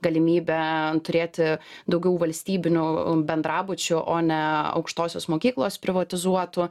galimybę turėti daugiau valstybinių bendrabučių o ne aukštosios mokyklos privatizuotų